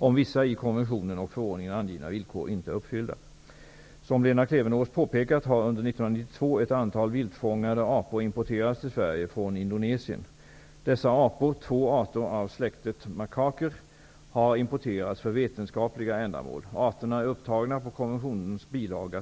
om vissa i konventionen och förordningen angivna villkor inte är uppfyllda. Som Lena Klevenås påpekat har under 1992 ett antal viltfångade apor importerats till Sverige från Indonesien. Dessa apor, två arter av släktet makaker, har importerats för vetenskapliga ändamål. Arterna är upptagna på konventionens bil. II.